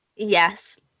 yes